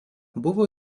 buvo